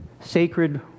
sacred